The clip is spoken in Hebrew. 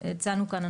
שהצענו כאן,